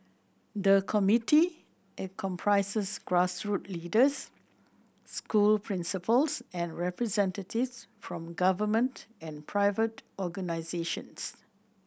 the committee comprises grassroot leaders school principals and representatives from government and private organisations